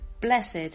Blessed